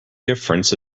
difference